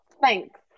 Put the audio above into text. thanks